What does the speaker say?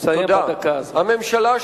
תסיים בדקה הזאת.